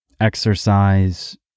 exercise